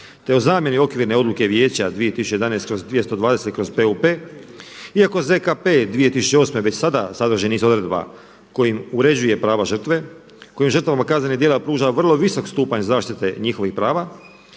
te o zamjeni okvirne odluke vijeća 2011/220/PUP. Iako ZKP 2008. već sada sadrži niz odredba kojim uređuje prava žrtve, kojim žrtvama kaznenih djela pruža vrlo visok stupanj zaštite i njihovih prava,